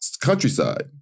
countryside